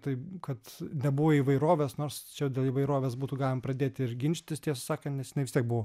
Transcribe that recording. tai kad nebuvo įvairovės nors čia dėl įvairovės būtų galima pradėti ir ginčytis tiesą sakant nes jinai vis tiek buvo